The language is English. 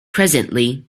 presently